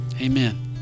Amen